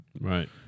Right